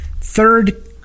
third